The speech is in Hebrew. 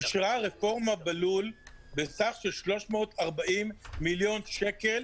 אישרה רפורמה בלול בסך של 340 מיליון שקל,